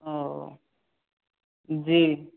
ओ जी